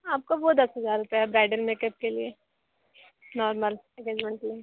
आपको वो दस हजार रुपये हैं ब्राइडल मेकअप के लिये नार्मल इंगेजमेंट के लिये